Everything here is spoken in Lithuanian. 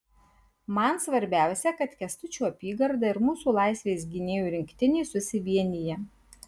man svarbiausia kad kęstučio apygarda ir mūsų laisvės gynėjų rinktinė susivienija